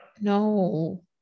No